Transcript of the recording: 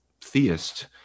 theist